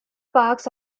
parks